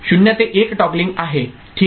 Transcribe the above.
0 ते 1 टॉगलिंग आहे ठीक